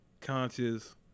conscious